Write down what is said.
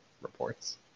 reports